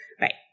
Right